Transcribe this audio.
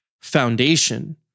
foundation